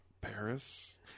Paris